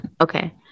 okay